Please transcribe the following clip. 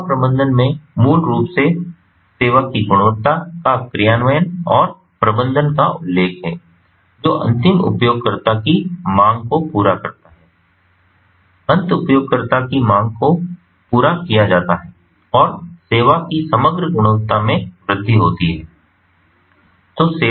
तो सेवा प्रबंधन में मूल रूप से सेवा की गुणवत्ता का कार्यान्वयन और प्रबंधन का उल्लेख है जो अंतिम उपयोगकर्ता की मांग को पूरा करता है अंत उपयोगकर्ताओं की मांगों को पूरा किया जाता है और सेवा की समग्र गुणवत्ता में वृद्धि होती है